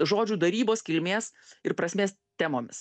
žodžių darybos kilmės ir prasmės temomis